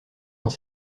dans